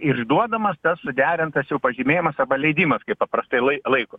išduodamas tas suderintas jau pažymėjimas arba leidimas kaip paprastai lai laiko